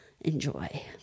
enjoy